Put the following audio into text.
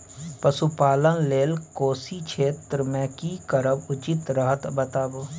पशुपालन लेल कोशी क्षेत्र मे की करब उचित रहत बताबू?